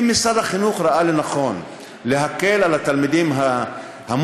אם משרד החינוך ראה לנכון להקל על התלמידים המוסלמים,